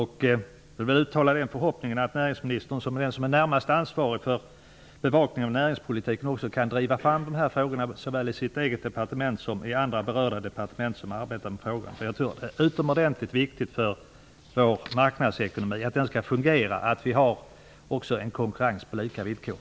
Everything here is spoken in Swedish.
Jag vill uttala förhoppningen att näringsministern, som är den som är närmast ansvarig för bevakningen av näringspolitiken, också kan driva fram dessa frågor såväl i sitt eget departement som i andra berörda departement som arbetar med frågorna. Det är utomordentligt viktigt att vi har en konkurrens på lika villkor för att vår marknadsekonomi skall fungera.